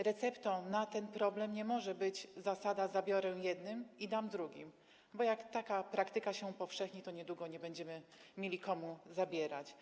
Receptą na rozwiązanie tego problemu nie może być zasada: zabiorę jednym i dam drugim, bo jak taka praktyka się upowszechni, to niedługo nie będziemy mieli komu zabierać.